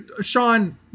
Sean